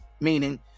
Meaning